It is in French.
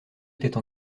étaient